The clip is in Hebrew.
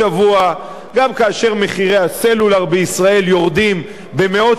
גם כאשר מחירי הסלולר בישראל יורדים במאות שקלים בחודש,